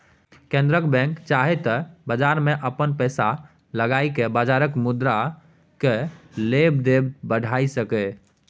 केंद्रक बैंक चाहे त बजार में अपन पैसा लगाई के बजारक मुद्रा केय लेब देब बढ़ाई सकेए